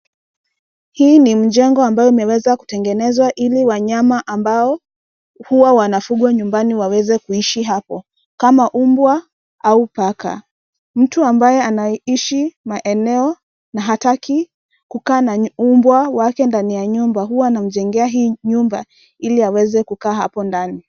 Hii ni mjengo ambayo imeweza kutengenezwa ili wanyama ambao huwa wanafugwa nyumbani waweze kuishi hapo, kama mbwa au paka. Mtu ambaye anayeishi maeneo na hataki kukaa na mbwa wake ndani ya nyumba huwa anamjengea hii nyumba ili aweze kukaa hapo ndani.